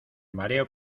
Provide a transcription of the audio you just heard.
mareo